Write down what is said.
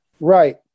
Right